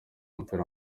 mupira